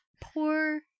poor